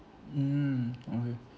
mm okay